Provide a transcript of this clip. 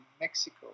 Mexico